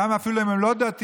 ואפילו אם הם לא דתיים.